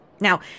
Now